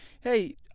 Hey